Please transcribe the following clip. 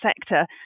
sector